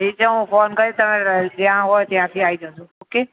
ઠીક છે હું ફોન કરીશ તમે જ્યાં હોવ ત્યાંથી આવી જજો ઓકે